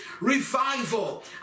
revival